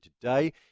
today